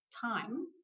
time